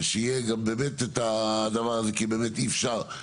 ושיהיה גם באמת את הדבר הזה כי באמת אי אפשר.